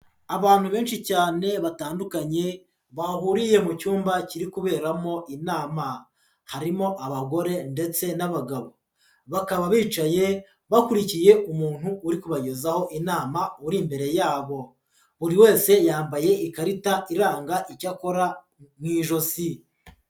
Abantu benshi cyane batandukanye, bahuriye mu cyumba kiri kuberamo inama. Harimo abagore, ndetse n'abagabo. Bakaba bicaye bakurikiye umuntu uri kubagezaho inama uri imbere yabo. Buri wese yambaye ikarita iranga icya akora mu ijosi.